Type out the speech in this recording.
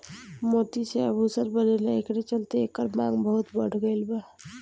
मोती से आभूषण बनेला एकरे चलते एकर मांग बहुत बढ़ गईल बा